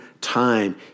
time